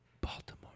Baltimore